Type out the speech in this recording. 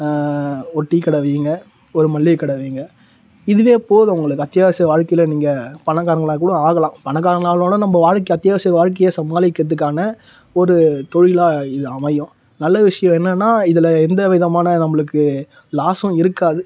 ஒரு டீக்கடை வைங்க ஒரு மளிகைக் கட வைங்க இதுவே போதும் உங்களுக்கு அத்தியாவசிய வாழ்க்கையில் நீங்கள் பணக்காரங்களாக கூட ஆகலாம் பணக்காரங்களாக ஆகணுன்னா நம்ப வாழ்க்கை அத்தியாவசிய வாழ்க்கையை சமாளிக்கிறதுக்கான ஒரு தொழிலாக இது அமையும் நல்ல விஷயம் என்னன்னா இதில் எந்தவிதமான நம்பளுக்கு லாஸ்ஸும் இருக்காது